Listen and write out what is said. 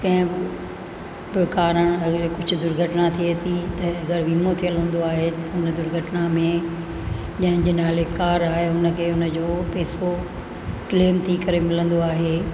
कंहिं प्रकार ऐं कुझु दुर्घटना थिए थी त अगरि वीमो थियलु हूंदो आहे त उहो दुर्घटना में जंहिंजे नाले कार आहे उन खे उन जो पैसो क्लेम थी करे मिलंदो आहे